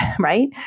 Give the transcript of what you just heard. right